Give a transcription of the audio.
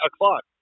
o'clock